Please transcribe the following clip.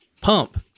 pump